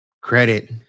Credit